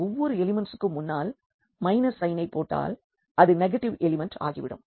ஒவ்வொரு எலிமெண்ட்ஸுக்கும் முன்னால் மைனஸ் சைனைப் போட்டால் அது நெகட்டிவ் எலிமெண்ட் ஆகிவிடும்